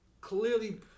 clearly